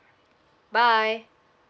bye